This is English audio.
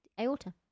aorta